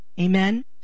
Amen